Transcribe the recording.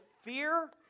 fear